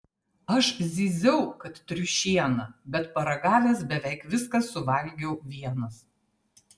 aš zyziau kad triušiena bet paragavęs beveik viską suvalgiau vienas